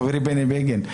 חברי בני בגין?